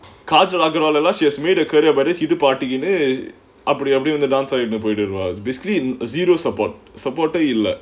kajal agarwal lah she has made a career but இடுப்ப ஆட்டிக்கினு அப்டி அப்டி வந்து:iduppa aatikkinu apdi apdi vanthu dance ஆடிட்டு போயிருவா:aadittu poyiruvaa basicalyy zero support support eh இல்ல:illa